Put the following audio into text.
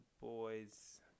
boys